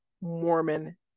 Mormon